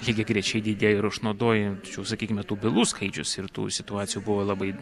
lygiagrečiai didėja ir išnaudojančių sakykime tų bylų skaičius ir tų situacijų buvo labai